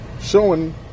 showing